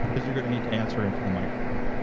because you're gonna need to answer into the microphone.